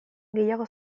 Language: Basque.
gehiago